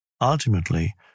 Ultimately